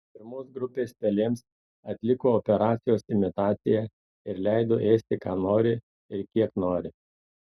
pirmos grupės pelėms atliko operacijos imitaciją ir leido ėsti ką nori ir kiek nori